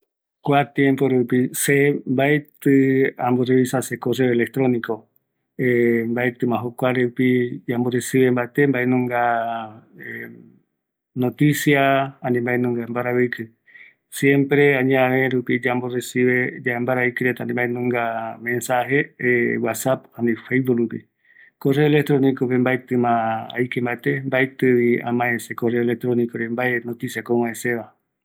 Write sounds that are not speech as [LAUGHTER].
﻿Kua temepo rupi se mbaeti se mbaeti amborrevisa se correo electroniko [HESITATION] mbaetima jokua rupi yamboresive mbate mbaenung [HESITATION] noticia, ani mbaenunga mbaraviki, siempre añave rupi ñamborresive ya mbaeraikireta, ani mbaenunga mensaje [HESITATION] wassat ani feibook rupi, correo electroniko pe mbaetima aike mbate, mbaetivi amae se correore mbae noticiako ou ovae seva